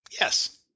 Yes